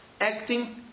acting